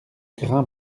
grand